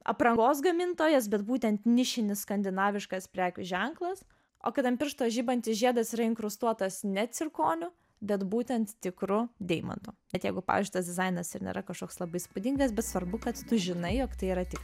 aprangos gamintojas bet būtent nišinis skandinaviškas prekių ženklas o kad ant piršto žibantis žiedas yra inkrustuotas ne cirkoniu bet būtent tikru deimantu bet jeigu pavyzdžiui tas dizainas ir nėra kažkoks labai įspūdingas bet svarbu kad tu žinai jog tai yra tik